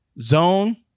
zone